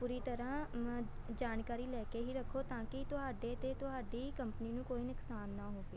ਪੂਰੀ ਤਰ੍ਹਾਂ ਜਾਣਕਾਰੀ ਲੈ ਕੇ ਹੀ ਰੱਖੋ ਤਾਂ ਕਿ ਤੁਹਾਡੇ ਅਤੇ ਤੁਹਾਡੀ ਕੰਪਨੀ ਨੂੰ ਕੋਈ ਨੁਕਸਾਨ ਨਾ ਹੋਵੇ